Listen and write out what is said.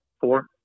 four